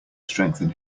strengthen